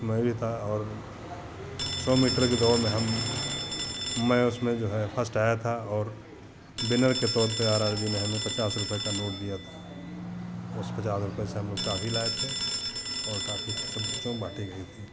मैं भी था और सौ मीटर की दौड़ में हम मैं उसमें जो है फर्स्ट आया था और विनर के तौर पर आर आर जी ने हमें पचास रुपये का नोट दिया था उस पचास रुपये से हमलोग टॉफ़ी लाए थे और टॉफ़ी सब बच्चों में बाँटी गई थी